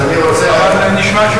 אבל נשמע,